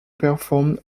performed